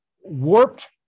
warped